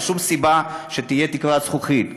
אין שום סיבה שתהיה תקרת זכוכית,